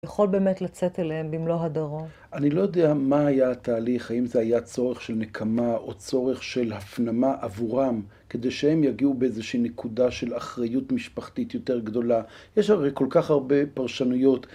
יכול באמת לצאת אליהם במלוא הדרו? אני לא יודע מה היה התהליך, האם זה היה צורך של נקמה, או צורך של הפנמה עבורם, כדי שהם יגיעו באיזושהי נקודה של אחריות משפחתית יותר גדולה. יש הרי כל כך הרבה פרשנויות.